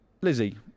Lizzie